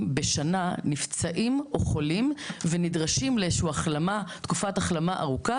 בשנה נפצעים או חולים ונדרשים לאיזושהי תקופת החלמה ארוכה